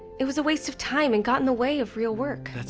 it was a waste of time and got in the way of real work. that's